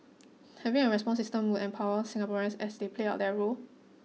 having a response system would empower Singaporeans as they play out their role